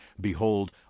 behold